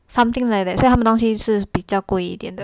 something like that 所以他们东西是比较贵一点的